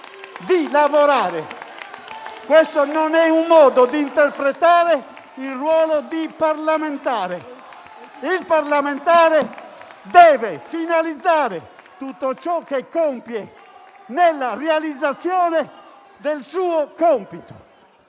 di lavorare. Questo non è un modo di interpretare il ruolo di parlamentare. Il parlamentare deve finalizzare tutto ciò che fa alla realizzazione del suo compito.